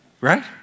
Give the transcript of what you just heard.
right